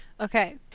okay